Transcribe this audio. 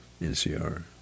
NCR